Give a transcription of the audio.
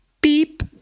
Beep